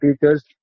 teachers